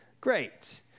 great